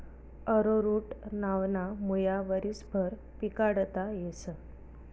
arrowroot नावना मुया वरीसभर पिकाडता येस